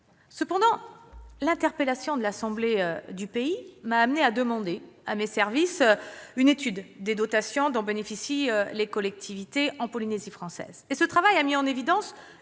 Cependant, l'interpellation de l'assemblée du pays m'a amené à demander à mes services une étude sur les dotations dont bénéficient les collectivités en Polynésie française. Ce travail a mis en évidence